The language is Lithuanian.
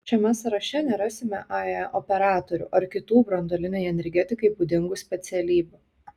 šiame sąraše nerasime ae operatorių ar kitų branduolinei energetikai būdingų specialybių